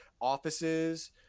offices